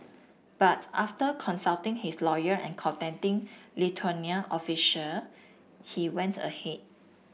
but after consulting his lawyer and contacting Lithuanian official he went ahead